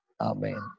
Amen